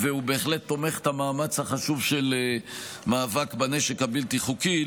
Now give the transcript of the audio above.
והוא בהחלט תומך במאמץ החשוב של מאבק בנשק הבלתי-חוקי.